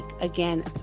Again